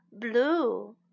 blue